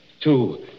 Two